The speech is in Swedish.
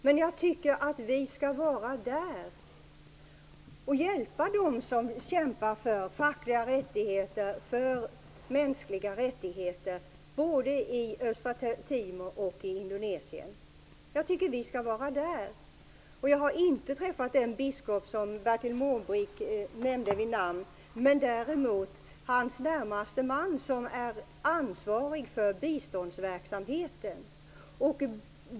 Men jag tycker att vi skall vara där och hjälpa dem som kämpar för fackliga rättigheter och för mänskliga rättigheter både i Östra Timor och i Indonesien. Jag tycker att vi skall vara där. Jag har inte träffat den biskop som Bertil Måbrink nämnde vid namn, däremot hans närmaste man, som är ansvarig för biståndsverksamheten.